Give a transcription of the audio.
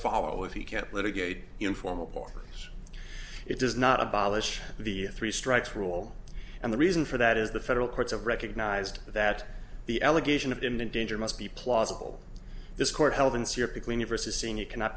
follow if he can't litigate informal parkers it does not abolish the three strikes rule and the reason for that is the federal courts have recognized that the allegation of imminent danger must be plausible this court held in syrup to clean it versus seeing it cannot